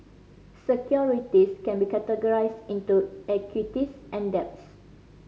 securities can be categorized into equities and debts